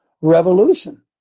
revolution